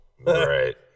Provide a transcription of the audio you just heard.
right